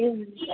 ए हुन्छ